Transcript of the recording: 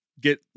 get